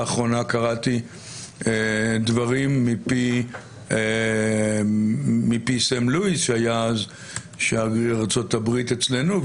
לאחרונה קראתי דברים מפי סם לואיס שהיה אז שגריר ארצות הברית אצלנו,